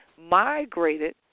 migrated